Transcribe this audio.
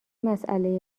مساله